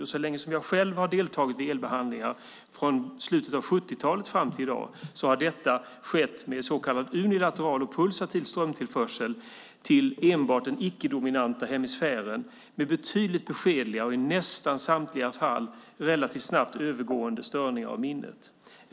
Och så länge som jag själv har tillämpat elbehandlingar, från slutet av 70-talet fram till i dag, har detta skett med så kallad unilateral och pulsativ strömtillförsel till enbart den ickedominanta hemisfären med betydligt beskedligare och i nästan samtliga fall relativt snabbt övergående störning av minnet.